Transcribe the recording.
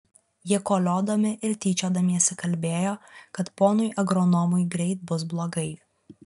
jie koliodami ir tyčiodamiesi kalbėjo kad ponui agronomui greit bus blogai